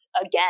again